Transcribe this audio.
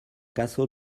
caso